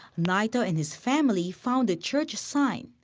naito and his family found the church sign.